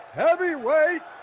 heavyweight